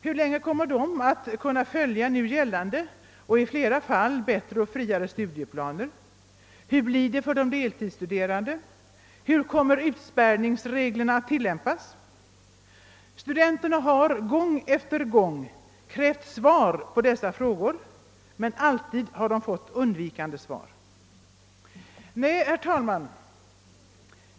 Hur länge kommer de att kunna följa nu gällande och i flera fall bättre och friare studieplaner? Hur blir det för de deltidsstuderande? Hur kommer utspärrningsreglerna att tillämpas? Studenterna har gång efter annan krävt besked i dessa frågor men alltid fått undvikande svar. Nej, herr talman!